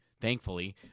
thankfully